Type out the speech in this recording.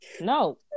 no